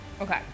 Okay